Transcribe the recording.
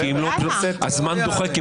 הזמן דוחק,